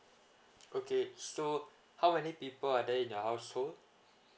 okay so how many people are there in your household